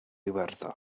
iwerddon